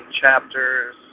chapters